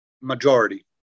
majority